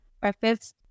Breakfast